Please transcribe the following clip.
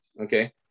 okay